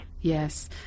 yes